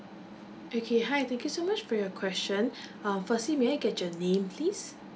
okay hi thank you so much for your question um firstly may I get your name please